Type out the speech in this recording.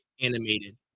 animated